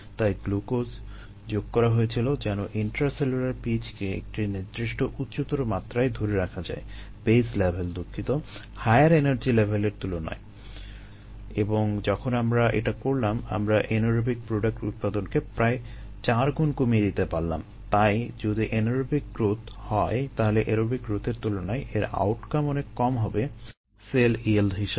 তাই গ্লুকোজ যোগ করা হয়েছিল যেন ইন্ট্রাসেলুলার pH কে একটি নির্দিষ্ট উচ্চতর মাত্রায় ধরে রাখা যায় বেস লেভেল হিসেবে